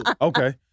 Okay